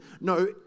No